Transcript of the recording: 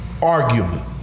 Arguably